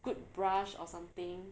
good brush or something